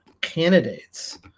candidates